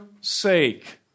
sake